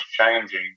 changing